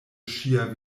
ŝia